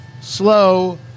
Slow